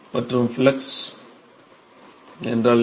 மற்றும் ஃப்ளக்ஸ் என்றால் என்ன